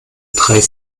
drei